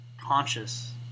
conscious